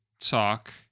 talk